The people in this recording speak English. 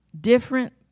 different